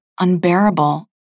unbearable